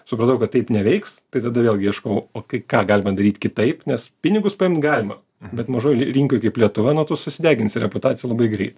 supratau kad taip neveiks tai tada vėlgi ieškojau o tai ką galima daryti kitaip nes pinigus paimt galima bet mažoj li rinkoj kaip lietuva na tu susideginsi reputaciją labai greit